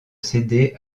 céder